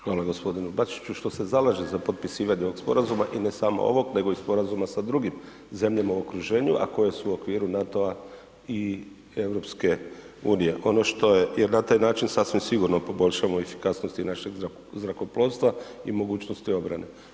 Hvala g. Bačiću što se zalaže za potpisivanje ovoga sporazuma i ne samo ovog nego i sporazuma sa drugima zemljama u okruženju a koje su u okviru NATO-a i EU-a ono što je jer na taj način sasvim sigurno poboljšavamo efikasnost i našeg zrakoplovstva i mogućnosti obrane.